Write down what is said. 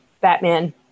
Batman